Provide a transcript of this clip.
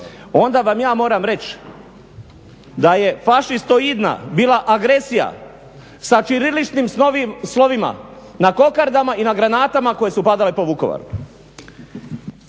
onda vam ja moram reći da je fašistoidna bila agresija sa ćiriličnim slovima na kokardama i na granatama koje su padale po Vukovaru.